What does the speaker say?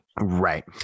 Right